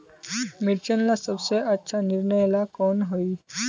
मिर्चन ला सबसे अच्छा निर्णय ला कुन होई?